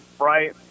right